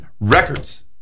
records